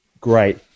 Great